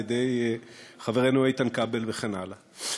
על-ידי חברנו איתן כבל וכן הלאה,